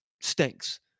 Stinks